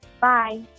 Bye